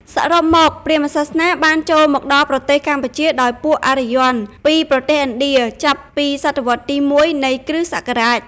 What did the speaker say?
សរុបមកព្រាហ្មណ៍សាសនា បានចូលមកដល់ប្រទេសកម្ពុជាដោយពួកអារ្យ័នពីប្រទេសឥណ្ឌា ចាប់ពីសតវត្សរ៍ទី ១ នៃគ្រិស្តសករាជ។